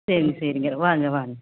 சரிங்க சரிங்க வாங்க வாங்க